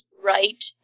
right